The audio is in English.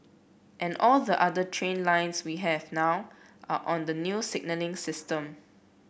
and all the other train lines we have now are on the new signalling system